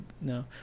no